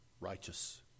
righteous